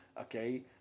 Okay